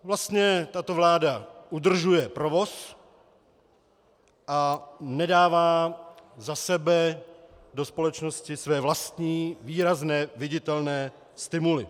Vlastně tato vláda udržuje provoz a nedává za sebe do společnosti své vlastní výrazné, viditelné stimuly.